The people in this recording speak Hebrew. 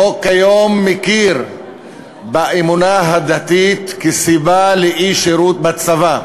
החוק כיום מכיר באמונה הדתית כסיבה לאי-שירות בצבא.